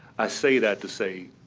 i say that to say